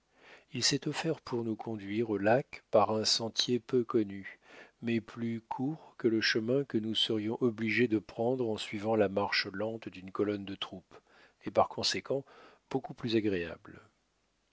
il s'est offert pour nous conduire au lac par un sentier peu connu mais plus court que le chemin que nous serions obligés de prendre en suivant la marche lente d'une colonne de troupes et par conséquent beaucoup plus agréable